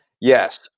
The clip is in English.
yes